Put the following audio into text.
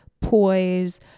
poise